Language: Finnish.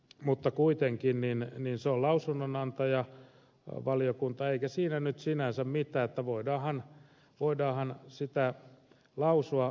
mutta kuitenkin se on lausunnonantajavaliokunta eikä siinä nyt sinänsä mitään voidaanhan sitä lausua